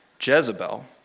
Jezebel